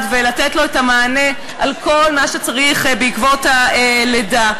ולתת לו את המענה על כל מה שצריך בעקבות הלידה.